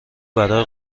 برای